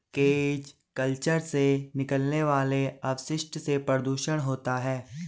cage culture से निकलने वाले अपशिष्ट से प्रदुषण होता है